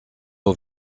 aux